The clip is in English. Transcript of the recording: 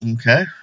Okay